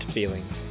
Feelings